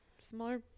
smaller